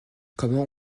comment